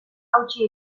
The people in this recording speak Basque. hautsi